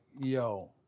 yo